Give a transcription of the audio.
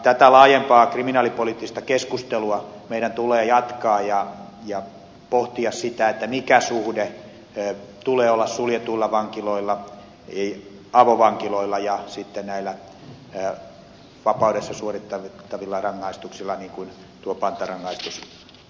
tätä laajempaa kriminaalipoliittista keskustelua meidän tulee jatkaa ja pohtia sitä mikä suhde tulee olla suljetuilla vankiloilla avovankiloilla ja sitten näillä vapaudessa suoritettavilla rangaistuksilla niin kuin tuo parhaan